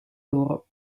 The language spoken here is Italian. loro